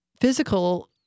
physical